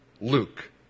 Luke